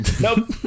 Nope